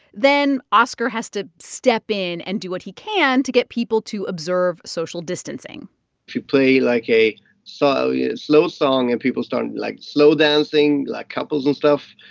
then oscar has to step in and do what he can to get people to observe social distancing if you play, like, a so yeah slow song and people start, like, slow dancing, like couples and stuff,